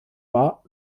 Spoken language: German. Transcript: war